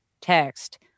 text